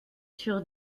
sur